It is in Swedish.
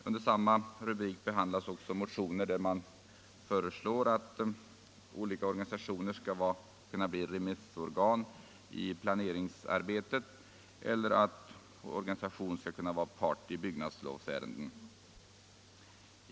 Under samma rubrik behandlas motioner med förslag att olika organisationer skall bli remissorgan i planeringsarbetet och att organisation skall kunna vara part i byggnadslovsärenden.